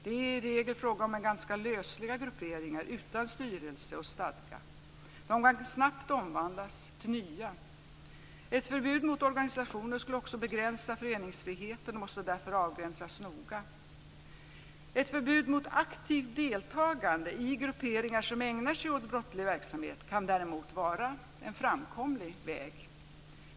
Det är i regel fråga om ganska lösliga grupperingar utan styrelse och stadgar. De kan snabbt omvandlas till nya. Ett förbud mot organisationer skulle också begränsa föreningsfriheten och måste därför avgränsas noga. Ett förbud mot aktivt deltagande i grupperingar som ägnar sig åt brottslig verksamhet kan däremot vara en framkomlig väg.